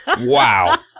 Wow